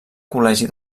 col·legi